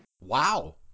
Wow